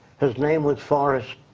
his name was forrest.